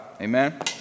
Amen